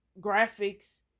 graphics